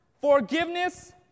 forgiveness